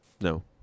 No